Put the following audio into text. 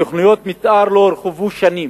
תוכניות מיתאר לא הורחבו שנים.